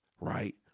right